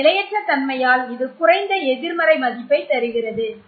இந்த நிலையற்ற தன்மையால் இது குறைந்த எதிர்மறை மதிப்பைத் தருகிறது